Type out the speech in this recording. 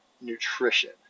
nutrition